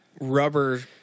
rubber